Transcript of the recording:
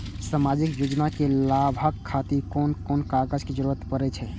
सामाजिक योजना के लाभक खातिर कोन कोन कागज के जरुरत परै छै?